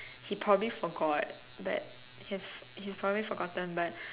he probably forgot but he probably forgotten but